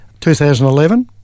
2011